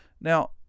Now